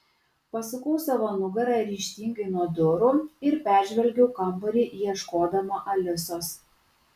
pasukau savo nugarą ryžtingai nuo durų ir peržvelgiau kambarį ieškodama alisos